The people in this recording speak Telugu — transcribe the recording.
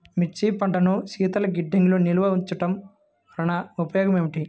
మిర్చి పంటను శీతల గిడ్డంగిలో నిల్వ ఉంచటం వలన ఉపయోగం ఏమిటి?